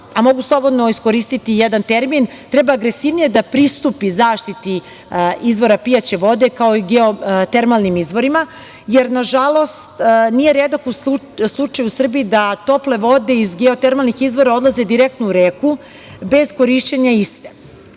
a mogu slobodno iskoristiti jedan termin, treba agresivnije da pristupi zaštiti izvora pijaće vode, kao i geotermalnim izvorima jer nažalost nije redak slučaj u Srbiji da tople vode iz geotermalnih izvora odlaze direktno u reku bez korišćenja iste